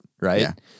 Right